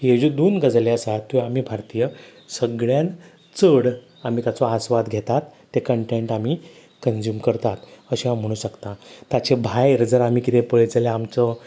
हे ज्यो दोन गजाली आसा त्यो आमी भारतीय सगल्यान चड आमी ताचो आस्वाद घेतात तें कंटेट आमी कंज्यूम करतात अशें हांव म्हणूं शकता ताचे भायर जर आमी किदेंय पळयत जाल्या आमचो